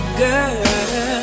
girl